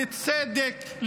לצדק,